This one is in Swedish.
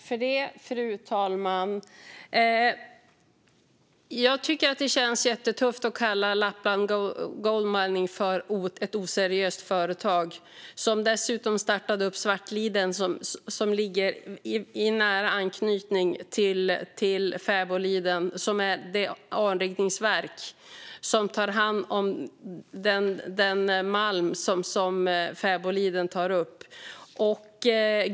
Fru talman! Jag tycker att det känns fel att kalla Lappland Goldminers för ett oseriöst företag. De startade dessutom upp Svartliden, som ligger i nära anknytning till Fäboliden. Det är det anrikningsverk som tar hand om den malm som Fäboliden tar upp.